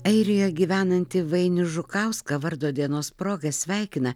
airijo gyvenantį vainių žukauską vardo dienos proga sveikina